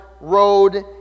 road